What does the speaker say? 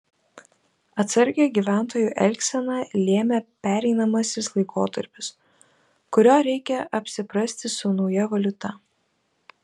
atsargią gyventojų elgseną lėmė pereinamasis laikotarpis kurio reikia apsiprasti su nauja valiuta